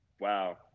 wow